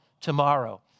tomorrow